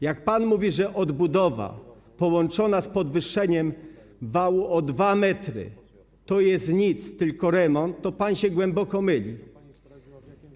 Jak pan mówi, że odbudowa połączona z podwyższeniem wału o 2 m to jest nic, tylko remont, to pan głęboko się myli.